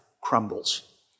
crumbles